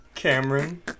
Cameron